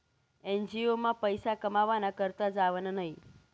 NGO मा पैसा कमावाना करता जावानं न्हयी